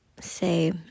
say